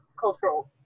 cultural